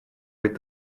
быть